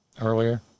Earlier